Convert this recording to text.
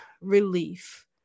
relief